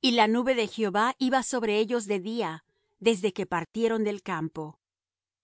y la nube de jehová iba sobre ellos de día desde que partieron del campo